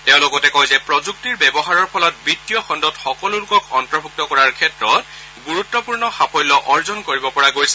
তেওঁ লগতে কয় যে প্ৰযুক্তিৰ ব্যৱহাৰৰ ফলত বিত্তীয় খণ্ডত সকলো লোকক অন্তৰ্ভুক্ত কৰাৰ ক্ষেত্ৰত অভূতপূৰ্ব সাফল্য অৰ্জন কৰিব পৰা গৈছে